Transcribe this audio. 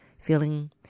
feeling